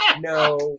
no